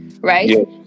Right